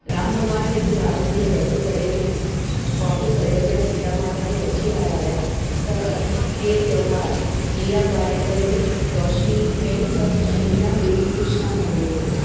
राम भॻवान जॾहिं रावण जो वधु करे वापसि अयोध्या सीता माता खे वठी आया हुया त अस हीउ त्योहारु ॾीआ ॿारे करे रोशनी में सभु चङी तरह दिलख़ुशि सां मल्हाईंदा आहिनि